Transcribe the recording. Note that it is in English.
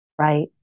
right